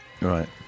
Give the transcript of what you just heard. Right